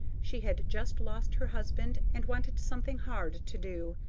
she had just lost her husband, and wanted something hard to do.